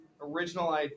original